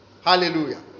Hallelujah